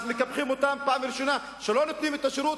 אז מקפחים אותם בפעם הראשונה כשלא נותנים להם את השירות,